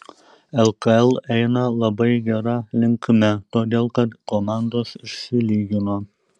lkl eina labai gera linkme todėl kad komandos išsilygino